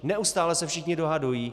Neustále se všichni dohadují.